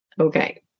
Okay